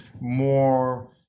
more